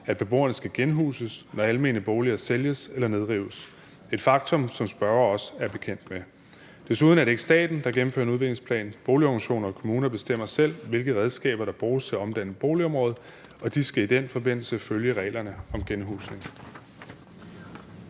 at beboerne skal genhuses, når almene boliger sælges eller nedrives – et faktum, som spørgeren også er bekendt med. Desuden er det ikke staten, der gennemfører en udviklingsplan. Boligorganisationer og kommuner bestemmer selv, hvilke redskaber der bruges til at omdanne boligområder, og de skal i den forbindelse følge reglerne om genhusning.